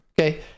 Okay